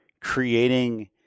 creating